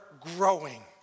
growing